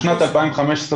בשנת 2015,